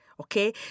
Okay